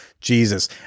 Jesus